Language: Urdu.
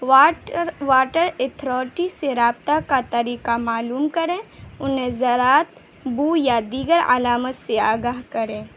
واٹر واٹر اتھارٹی سے رابطہ کا طریقہ معلوم کریں انہیں زراعت بو یا دیگر علامت سے آگاہ کریں